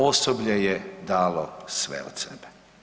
Osoblje je dalo sve od sebe.